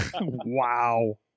Wow